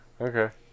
Okay